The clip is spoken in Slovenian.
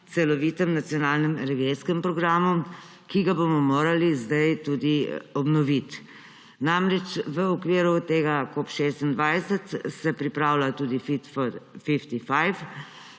celovitem nacionalnem programu, ki ga bomo morali zdaj tudi obnoviti. V okviru tega COP26 se pripravlja tudi Fit for 55,